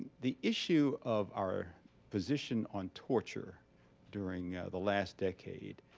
the issue of our position on torture during the last decade,